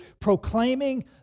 proclaiming